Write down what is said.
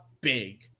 big